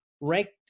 ranked